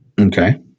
Okay